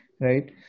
right